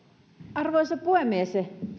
arvoisa puhemies